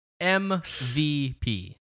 MVP